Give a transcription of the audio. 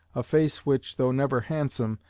a face which, though never handsome,